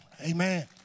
Amen